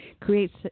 creates